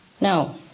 Now